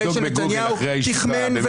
אחרי שנתניהו תחמן,